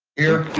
here.